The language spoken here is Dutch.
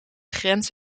grens